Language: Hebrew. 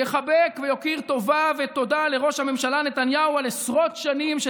יחבק ויוקיר טובה ותודה לראש הממשלה נתניהו על עשרות שנים של